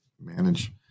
manage